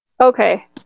Okay